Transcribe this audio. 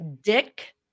Dick